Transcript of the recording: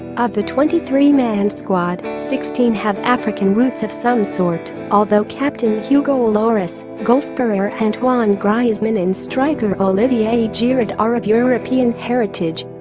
of the twenty three man squad, sixteen have african roots of some sort, although captain hugo lloris, goalscorer antoine griezmann and striker olivier giroud are of european heritage